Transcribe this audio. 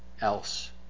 else